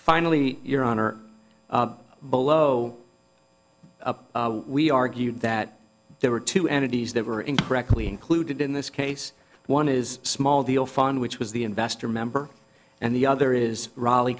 finally your honor below we argued that there were two entities that were incorrectly included in this case one is small deal farm which was the investor member and the other is rile